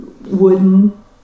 wooden